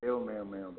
एवम् एवम् एवम् एवं